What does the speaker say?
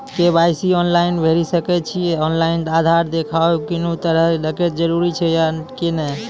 KYC online भैरि सकैत छी, ऑनलाइन आधार देलासॅ कुनू तरहक डरैक जरूरत छै या नै कहू?